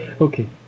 Okay